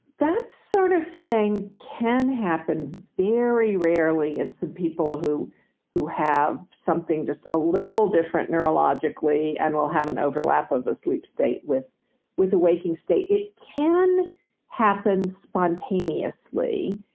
that sort of thing can happen very rarely in some people who who have something just a little different neurologically and will have an overlap of a sleep state with with a waking state. it can happen spontaneously,